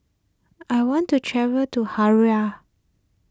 I want to travel to Harare